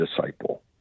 disciple